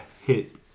hit